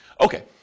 Okay